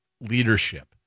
leadership